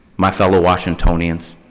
my fellow washingtonians,